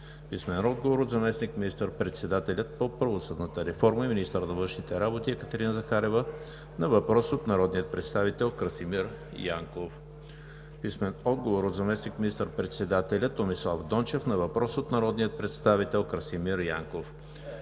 Гьоков; - заместник министър-председателя по правосъдната реформа и министър на външните работи Екатерина Захариева на въпрос от народния представител Красимир Янков; - заместник министър-председателя Томислав Дончев на въпрос от народния представител Красимир Янков;